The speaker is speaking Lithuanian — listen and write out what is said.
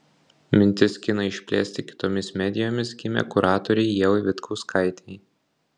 mintis kiną išplėsti kitomis medijomis gimė kuratorei ievai vitkauskaitei